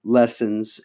lessons